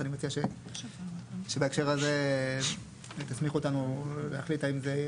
אני מציע שבהקשר הזה תסמיכו אותנו להחליט האם זה יהיה,